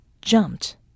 jumped